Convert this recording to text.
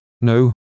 no